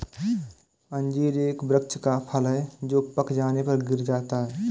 अंजीर एक वृक्ष का फल है जो पक जाने पर गिर जाता है